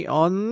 on